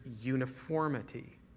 uniformity